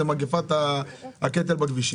זה מגפת הקטל בכבישים.